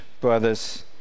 brothers